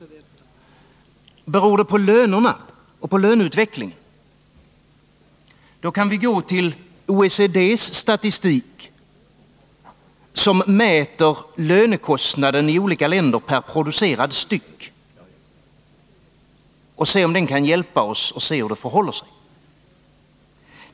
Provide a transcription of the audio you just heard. Beror det på lönerna och på löneutvecklingen? Då kan vi gå till OECD:s statistik som mäter lönekostnaden i olika länder per producerad enhet och se om den kan hjälpa oss att få reda på hur det förhåller sig.